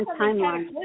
timeline